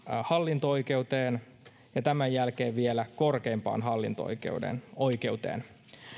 hallinto oikeuteen ja tämän jälkeen vielä korkeimpaan hallinto oikeuteen